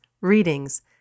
readings